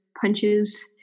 punches